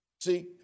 See